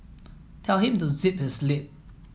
tell him to zip his lip